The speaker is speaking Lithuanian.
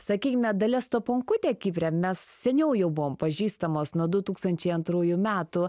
sakykime dalia staponkutė kipre mes seniau jau buvom pažįstamos nuo du tūkstančiai antrųjų metų